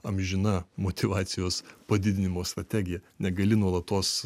amžina motyvacijos padidinimo strategija negali nuolatos